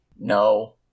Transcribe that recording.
No